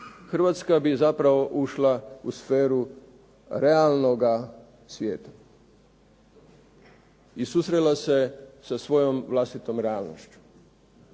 Hrvatska bi zapravo ušla u sferu realnoga svijeta i susrela se sa svojom vlastitom realnošću.